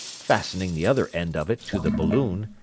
fastening the other end of it to the balloon,